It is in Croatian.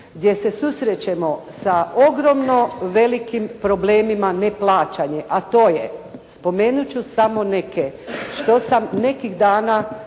gdje se susrećemo sa ogromno velikim problemima neplaćanja, a to je spomenut ću samo neke što sam nekih dana